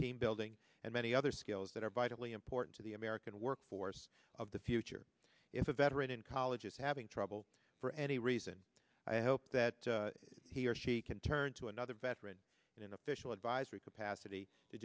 team building and many other skills that are vitally important to the american workforce of the future if a veteran in college is having trouble for any reason i hope that he or she can turn to another veteran in an official advisory capacity to